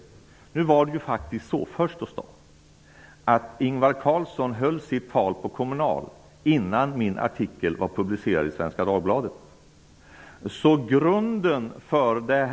Ingvar Carlsson höll faktiskt sitt tal på Kommunals kongress innan min artikel i Svenska Dagbladet hade publicerats.